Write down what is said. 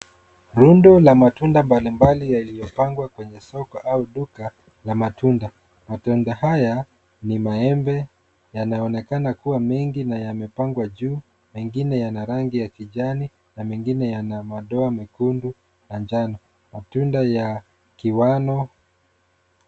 Rundo la matunda mbalimbali yaliyopangwa kwenye soko au Duka ya matunda. Matunda haya ni maembe yanaonekana kuwa mengi na yaamepangwa juu. Mengine yana rangi ya kijani na mengine yana madoa mekundu na njano. Matunda ya kiwano.